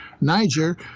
Niger